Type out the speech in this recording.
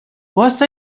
وایستا